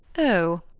oh,